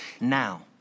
Now